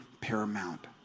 paramount